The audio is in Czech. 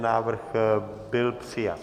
Návrh byl přijat.